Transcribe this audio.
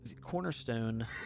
cornerstone